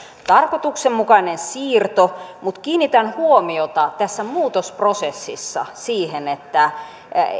tarkoituksenmukainen siirto mutta kiinnitän huomiota tässä muutosprosessissa siihen että